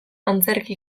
antzerki